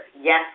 Yes